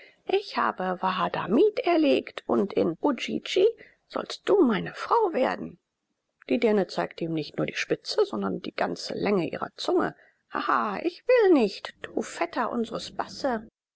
ich habe wahadamib erlegt und in udjidji sollst du meine frau werden die dirne zeigte ihm nicht nur die spitze sondern die ganze länge ihrer zunge haha ich will nicht du vetter unsres basse